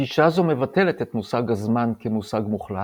גישה זו מבטלת את מושג הזמן כמושג מוחלט,